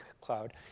cloud